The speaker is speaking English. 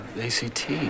ACT